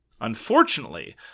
Unfortunately